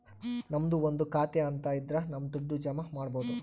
ನಮ್ದು ಒಂದು ಖಾತೆ ಅಂತ ಇದ್ರ ನಮ್ ದುಡ್ಡು ಜಮ ಮಾಡ್ಬೋದು